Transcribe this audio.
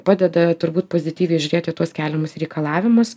padeda turbūt pozityviai žiūrėt į tuos keliamus reikalavimus